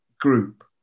group